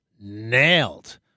Nailed